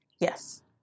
Yes